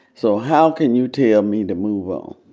so how can you tell me to move um